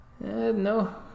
no